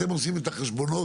אתם עושים את החשבונות,